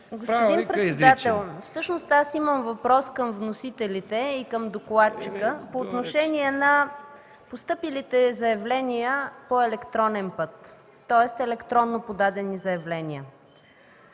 Господин председател, всъщност имам въпрос към вносителите и към докладчика по отношение на постъпилите заявления по електронен път, тоест електронно подадени заявления.